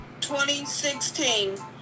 2016